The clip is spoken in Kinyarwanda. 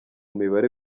mibare